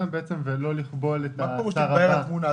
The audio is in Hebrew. ולא לכבול --- מה פירוש "תתבהר התמונה"?